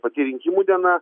pati rinkimų diena